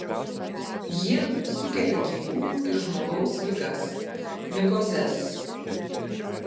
jie sukelia gyvūnų ir žmogaus ligas mikozes